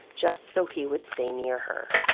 just so he would stay near her.